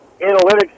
analytics